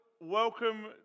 welcome